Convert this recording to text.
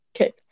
Okay